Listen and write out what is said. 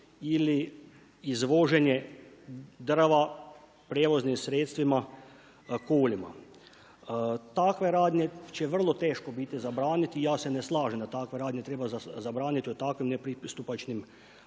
ili izvoženje drva prijevoznim sredstvima kolima. Takve radnje će vrlo teško biti zabraniti i ja se ne slažem da takve radnje treba zabraniti u takvim nepristupačnim